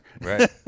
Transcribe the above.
right